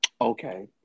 Okay